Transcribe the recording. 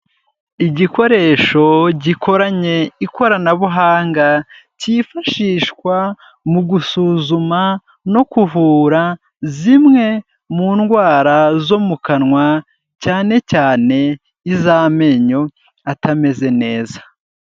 Igikoresho gikoranye ikoranabuhanga cyifashishwa mu gusuzuma no kuvura zimwe mu ndwara zo mu kanwa, cyane cyane iz'amenyo atameze neza.